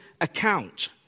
account